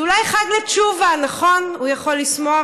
זה אולי חג לתשובה, נכון, הוא יכול לשמוח.